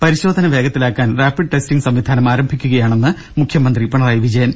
പരിശോധന വേഗത്തിലാക്കാൻ rapid testing സംവിധാനം ആരംഭിക്കുകയാണെന്ന് മുഖ്യമന്ത്രി പിണറായി വിജയൻ